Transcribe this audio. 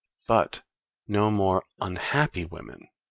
but no more unhappy women,